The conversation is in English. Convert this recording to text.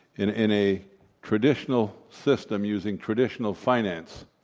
in in a traditional system using traditional finance,